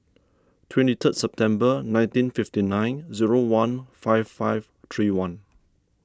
twenty third September nineteen fifty nine zero one five five three one